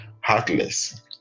heartless